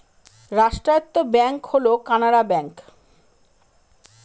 রাষ্ট্রায়ত্ত ব্যাঙ্ক হল কানাড়া ব্যাঙ্ক